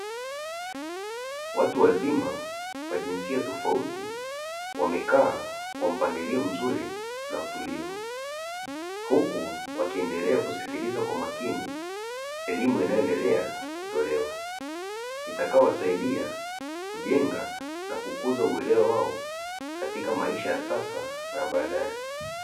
Watu wazima wa jinsia tofauti wamekaa kwa mpangilio mzuri na utulivu, huku wakiendea kusikiliza kwa makini elimu inayoendelea kutolewa; itakayowasaidia kujenga na kukuza uelewa wao katika maisha ya sasa na ya baadaye.